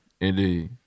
Indeed